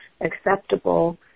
acceptable